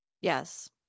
Yes